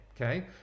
okay